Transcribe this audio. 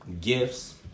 gifts